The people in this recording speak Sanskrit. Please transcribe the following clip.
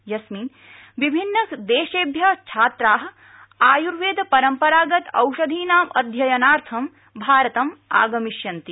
यस्मिन् विभिन्न देशेभ्य छात्रा आयुर्वेद परम्परागत औषधीनाम् अध्ययनार्थं भारतम् आगमिष्यन्ति